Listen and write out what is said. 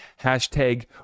Hashtag